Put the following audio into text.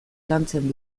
lantzen